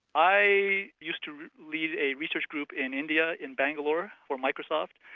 i used to lead a research group in india, in bangalore for microsoft,